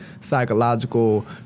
psychological